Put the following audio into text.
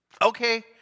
Okay